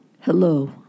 Hello